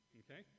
okay